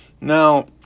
Now